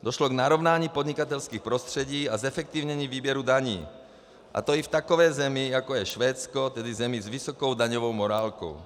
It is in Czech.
Došlo k narovnání podnikatelských prostředí a zefektivnění výběru daní, a to i v takové zemi, jako je Švédsko, tedy v zemích s vysokou daňovou morálkou.